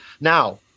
Now